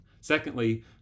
Secondly